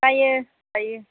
जायो जायो